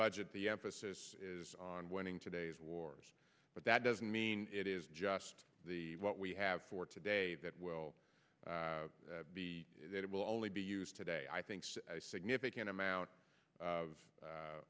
budget the emphasis is on winning today's wars but that doesn't mean it is just what we have for today that will be it will only be used today i think significant amount of